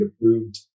approved